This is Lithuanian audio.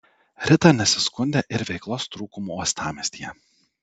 rita nesiskundė ir veiklos trūkumu uostamiestyje